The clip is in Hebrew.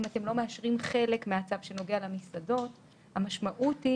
אם אתם לא מאשרים חלק מהצו שנוגע למסעדות המשמעות היא